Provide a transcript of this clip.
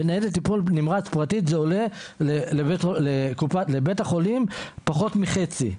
בניידת טיפול נמרץ פרטית זה עולה לבית החולים פחות מחצי,